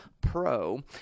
pro